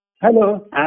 hello